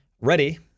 ready